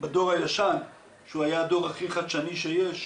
בדור הישן שהוא היה דור הכי חדשני שיש,